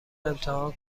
امتحان